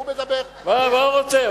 הוא מדבר, מה הוא רוצה?